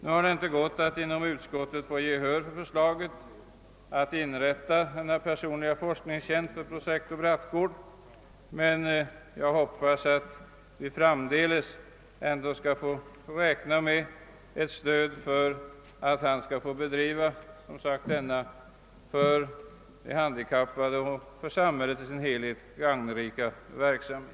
Nu har det inte gått att i utskottet vinna gehör för förslaget att inrätta denna personliga forskningstjänst åt prosektor Brattgård, men jag hoppas ändå att vi framdeles kan räkna med stöd, så att han kan bedriva sin för handikappade och för samhället i dess helhet så värdefulla verksamhet.